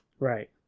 Right